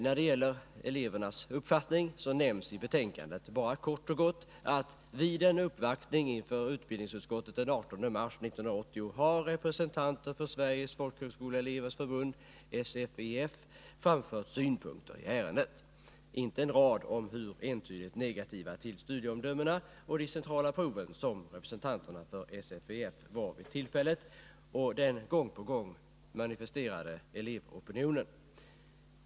När det gäller elevernas uppfattning så nämns i betänkandet bara kort och gott: ”Vid en uppvaktning inför utbildningsutskottet den 18 mars 1980 har representanter för Sveriges folkhögskoleelevers förbund framfört synpunkter i ärendet.” — Inte en rad om hur entydigt negativa till studieomdömena och de centrala proven som representanterna för SFEF var vid tillfället och den gång på gång manifesterade elevopinionen.